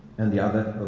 and the other,